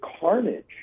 carnage